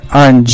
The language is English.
on